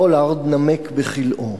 פולארד נמק בכלאו.